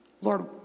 Lord